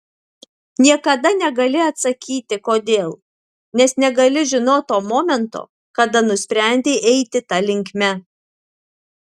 niekada negali atsakyti kodėl nes negali žinot to momento kada nusprendei eiti ta linkme